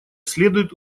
следует